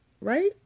right